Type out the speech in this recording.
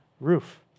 roof